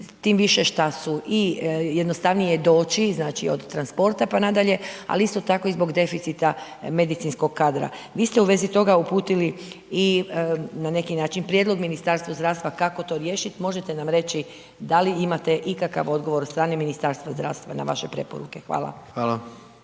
tim više šta su i jednostavnije je doći, znači od transporta pa nadalje ali isto tako i zbog deficita medicinskog kadra. Vi ste u vezi toga uputili i na neki način prijedlog Ministarstvu zdravstva kako to riješiti, možete li nam reći da li imate ikakav odgovor od strane Ministarstva zdravstva na vaše preporuke? Hvala.